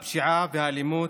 הפשיעה והאלימות,